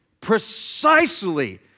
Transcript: precisely